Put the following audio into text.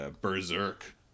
berserk